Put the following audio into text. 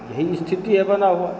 यही स्थिति है बना हुआ